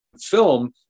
film